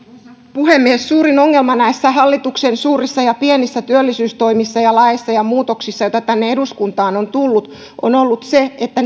puhemies suurin ongelma näissä hallituksen suurissa ja pienissä työllisyystoimissa ja laeissa ja muutoksissa joita tänne eduskuntaan on tullut on ollut se että